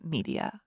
Media